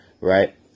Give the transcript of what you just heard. right